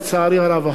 לצערי הרב,